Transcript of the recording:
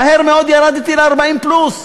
ומהר מאוד ירדתי ל-40 פלוס.